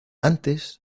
antes